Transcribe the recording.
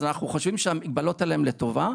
אז אנחנו חושבים שהמגבלות האלה הן לטובה.